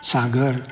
Sagar